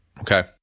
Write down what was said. Okay